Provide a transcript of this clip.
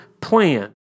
plan